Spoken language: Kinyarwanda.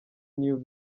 new